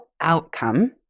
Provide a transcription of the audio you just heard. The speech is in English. outcome